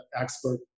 expert